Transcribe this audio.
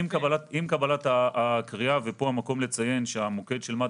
בקבלת הקריאה: פה המקום לציין שהמוקד של מד"א